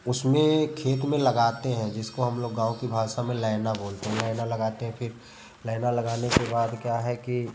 उसमें खेत में लगाते हैं इसको हम लोग गाँव कि भाषा में लैना बोलते हैं लैना लगाते हैं फिर लैना लगाने के बाद क्या है कि